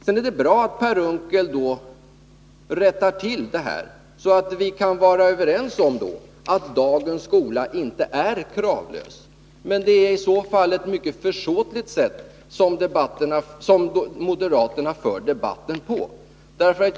Det är bra att Per Unckel och jag nu kan vara överens om att dagens skola inte är kravlös. Men det är i så fall ett försåtligt sätt som moderaterna för debatten på.